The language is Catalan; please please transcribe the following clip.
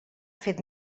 fet